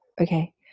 okay